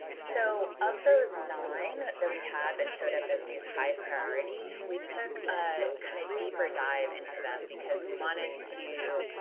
so of those nine that we had that showed up as these high priority we took a kind of deeper dive into them because we wanted to